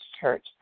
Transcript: Church